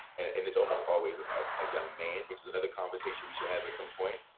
and it's almost always a young man, which is another conversation we should have at some point.